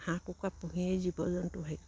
হাঁহ কুকুৰা পুহিয়েই জীৱ জন্তু